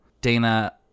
Dana